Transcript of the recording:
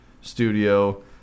studio